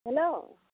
hello